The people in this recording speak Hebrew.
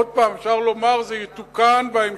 עוד פעם, אפשר לומר: זה יתוקן בהמשך.